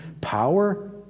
power